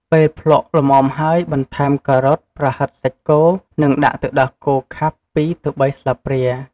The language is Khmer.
ពេលភ្លក្សល្មមហើយ បន្ថែម ការ៉ុត ប្រហិតសាច់គោ និងដាក់ទឹកដោះគោខាប់ ២ ទៅ ៣ ស្លាបព្រា។